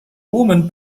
woman